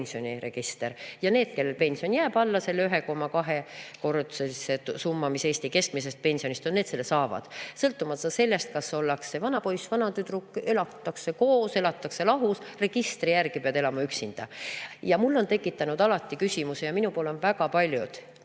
pensioniregistri vahel. Ja need, kellel pension jääb alla 1,2-kordse summa, mis Eesti keskmisest pensionist on, selle saavad, sõltumata sellest, kas ollakse vanapoiss, vanatüdruk, elatakse koos või elatakse lahus, registri järgi peab elama üksinda. Mul on tekitanud see alati küsimusi ja minu poole on [pöördunud]